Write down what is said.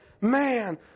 man